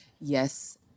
Yes